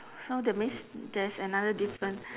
so that means there's another different